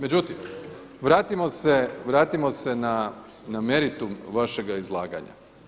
Međutim, vratimo se na meritum vašega izlaganja.